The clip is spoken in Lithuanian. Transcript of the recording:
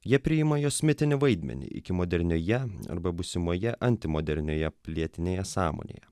jie priima jos mitinį vaidmenį iki modernioje arba būsimoje antimodernioje pilietinėje sąmonėje